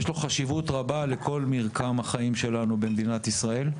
יש לו חשיבות רבה לכל מרקם החיים שלנו בישראל,